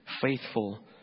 faithful